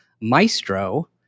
Maestro